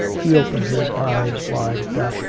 he opened his eyes wide at that,